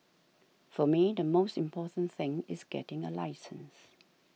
for me the most important thing is getting a license